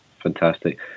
fantastic